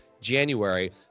January